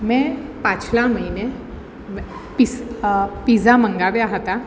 મેં પાછલા મહિને પીઝા મંગાવ્યા હતા